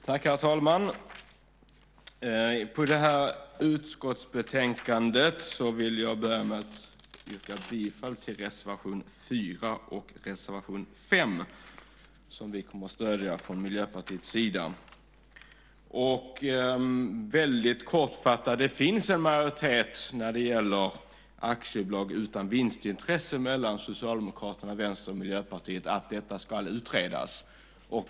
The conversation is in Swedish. Herr talman! När det gäller det här utskottsbetänkandet vill jag börja med att yrka bifall till reservation 4 och reservation 5 som vi kommer att stödja från Miljöpartiets sida. Väldigt kortfattat vill jag säga att det finns en majoritet, Socialdemokraterna, Vänstern och Miljöpartiet, när det gäller aktiebolag utan vinstintresse, att detta ska utredas.